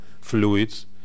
fluids